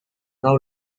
now